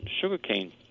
sugarcane